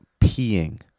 peeing